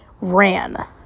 ran